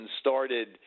started